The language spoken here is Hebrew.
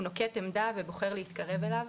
הוא נוקט עמדה ובוחר להתקרב אליו,